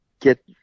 get